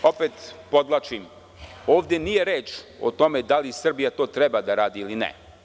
Povlačim, ovde nije reč o tome da li Srbija to treba da radi ili ne.